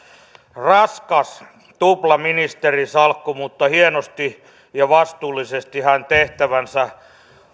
raskas tuplaministerin salkku mutta hienosti ja vastuullisesti hän tehtävänsä